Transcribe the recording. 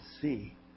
see